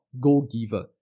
Go-Giver